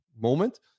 moment